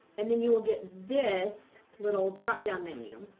and then you will get this little drop-down menu.